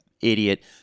idiot